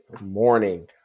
morning